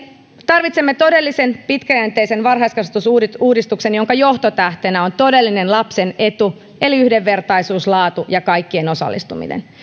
tarvitsemme todellisen pitkäjänteisen varhaiskasvatusuudistuksen jonka johtotähtenä on todellinen lapsen etu eli yhdenvertaisuus laatu ja kaikkien osallistuminen